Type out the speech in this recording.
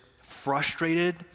frustrated